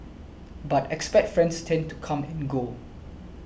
but expat friends tend to come and go